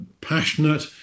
passionate